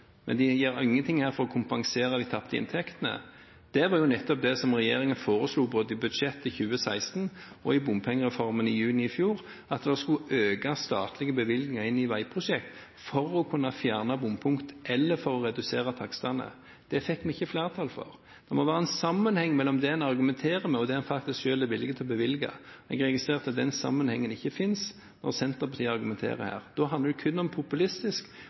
men de gjør ingenting her for å kompensere de tapte inntektene. Det var det regjeringen foreslo både i budsjettet i 2016 og i bompengereformen i juni i fjor, å øke statlige bevilgninger til veiprosjekter for å kunne fjerne bompunkt eller for å redusere takstene. Det fikk vi ikke flertall for. Det må være sammenheng mellom det en argumenterer med, og det man selv faktisk er villig til å bevilge. Jeg registrerer at den sammenhengen ikke finnes når Senterpartiet argumenterer her. Da handler det kun om populistisk